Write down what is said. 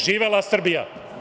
Živela Srbija.